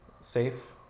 Safe